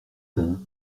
tain